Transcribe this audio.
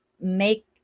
make